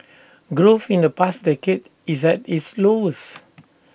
growth in the past decade is at its lowest